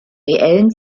reellen